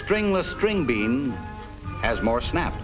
stringless string beans as more snap